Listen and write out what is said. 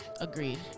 Agreed